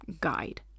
guide